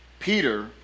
Peter